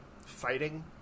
fighting